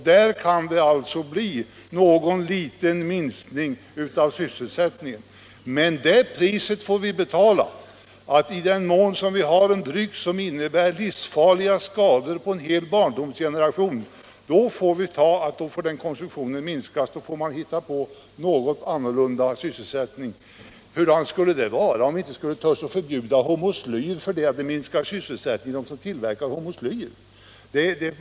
Det kan alltså bli någon liten minskning i sysselsättningen hos öltillverkarna. Men det priset får vi betala. En dryck som kan medföra livshotande skador på en hel ungdomsgeneration måste upphöra att få säljas i butikerna. Man får försöka ge de anställda som varit med om att tillverka drycken annan sysselsättning. Hur skulle det se ut om vi inte vågade förbjuda hormoslyr därför att det skulle minska sysselsättningen bland tillverkarna?